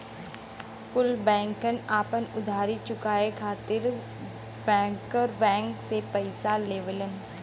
कुल बैंकन आपन उधारी चुकाये खातिर बैंकर बैंक से पइसा लेवलन